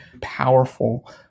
powerful